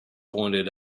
pointed